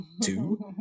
two